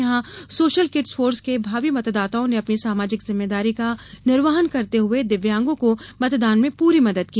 यहाँ social kids force के भावी मतदाताओं ने अपनी सामाजिक जिम्मेदारी का निर्वहन करते हुए दिव्यांगों को मतदान में पूरी मदद की